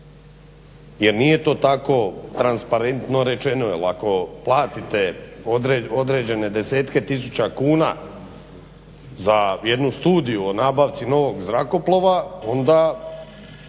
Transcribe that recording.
jer nije to tako transparentno rečeno jer ako platite određene desetke tisuća kuna za jednu studiju o nabavci novog zrakoplova onda